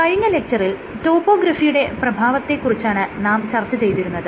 കഴിഞ്ഞ ലെക്ച്ചറിൽ ടോപ്പോഗ്രാഫിയുടെ പ്രഭാവത്തെ കുറിച്ചാണ് നാം ചർച്ച ചെയ്തിരുന്നത്